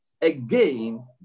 Again